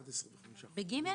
ב-(ג)?